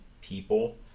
people